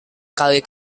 kali